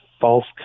false